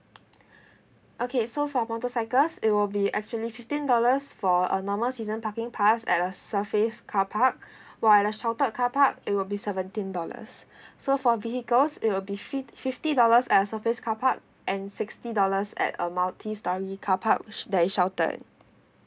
okay so for motorcycles it will be actually fifteen dollars for a normal season parking pass at a surface car park while sheltered carpark it will be seventeen dollars so for vehicles it will be fit~ fifty dollars uh surface car park and sixty dollars at a multi storey car park she~ that is sheltered